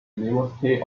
university